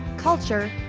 culture,